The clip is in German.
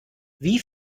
wie